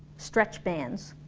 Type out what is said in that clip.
stretch bands